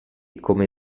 come